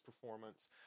performance